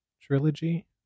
Trilogy